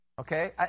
Okay